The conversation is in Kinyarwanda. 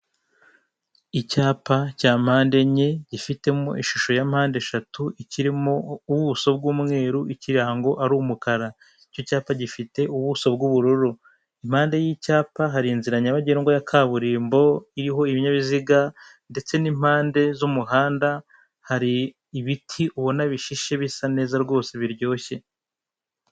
Icyapa cya mpande enye gifitemo ishusho ya mpande eshatu, kirimo ubuso bw'umweru, ikirango ari umukara. Icyo cyapa gifite ubuso bw'ubururu. Impande y'icyapa hari inzira nyabagendwa ya kaburimbo iriho ibinyabiziga ndetse n'impande z'umuhanda hari ibiti ubona bishishe bisa neza rwose biryoshye.